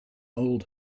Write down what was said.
old